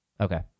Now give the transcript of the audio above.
Okay